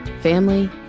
family